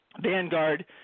Vanguard